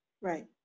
right